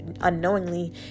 unknowingly